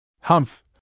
Humph